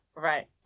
Right